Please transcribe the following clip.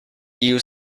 you